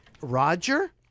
Roger